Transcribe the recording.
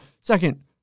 Second